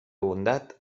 bondat